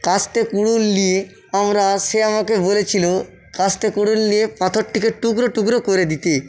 কাস্তে কুড়ুল নিয়ে আমরা সে আমাকে বলেছিলো কাস্তে কুড়ুল নিয়ে পাথরটিকে টুকরো টুকরো করে দিতে